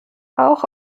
auch